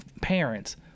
parents